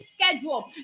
schedule